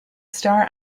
star